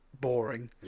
boring